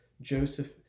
Joseph